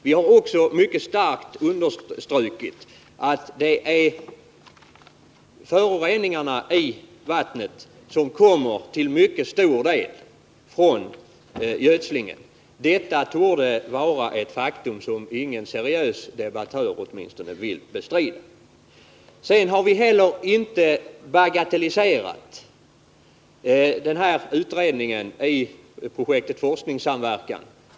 Vi har också mycket kraftigt markerat att föroreningarna i vattnet till stor del kommer från gödslingen. Det torde vara ett faktum som i varje fall ingen seriös debattör kan bestrida. Vi har vidare inte bagatelliserat utredningen i projektet Forskningssamverkan.